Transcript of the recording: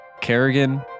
Kerrigan